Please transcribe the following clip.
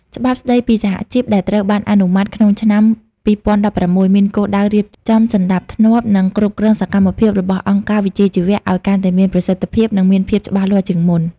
ច្បាប់ស្តីពីសហជីពដែលត្រូវបានអនុម័តក្នុងឆ្នាំ ២០១៦ មានគោលដៅរៀបចំសណ្តាប់ធ្នាប់ និងគ្រប់គ្រងសកម្មភាពរបស់អង្គការវិជ្ជាជីវៈឱ្យកាន់តែមានប្រសិទ្ធភាព និងមានភាពច្បាស់លាស់ជាងមុន។